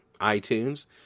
iTunes